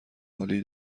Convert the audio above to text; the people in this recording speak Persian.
عالی